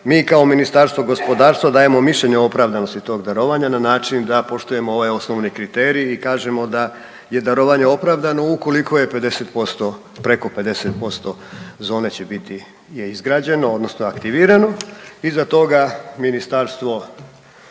Mi kao Ministarstvo gospodarstva dajemo mišljenje o opravdanosti tog darovanja na način da poštujemo ovaj osnovni kriterij i kažemo da je darovanje opravdano ukoliko je 50%, preko 50% zone će biti je izgrađeno odnosno aktivirano. Iza toga ministarstvo imovine